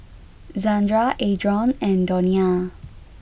Zandra Adron and Donia